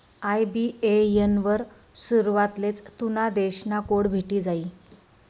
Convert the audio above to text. IBAN वर सुरवातलेच तुना देश ना कोड भेटी जायी